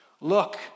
Look